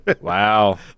Wow